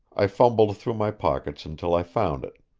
i fumbled through my pockets until i found it.